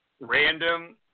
random